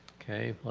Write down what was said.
okay,